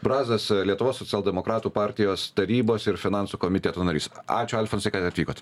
brazas lietuvos socialdemokratų partijos tarybos ir finansų komiteto narys ačiū alfonsai kad atvykot